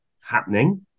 happening